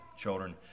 children